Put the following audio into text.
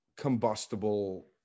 combustible